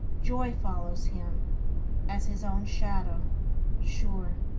joy follows him as his own shadow sure.